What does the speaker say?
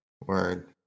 Word